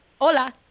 Hola